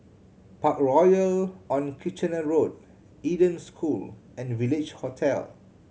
Parkroyal on Kitchener Road Eden School and Village Hotel